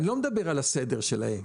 אני לא מדבר על הסדר שלהם.